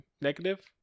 negative